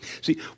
See